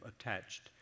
attached